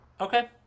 Okay